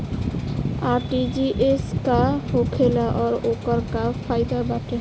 RTGS का होखेला और ओकर का फाइदा बाटे?